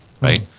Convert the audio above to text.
right